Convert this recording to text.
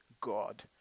God